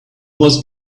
was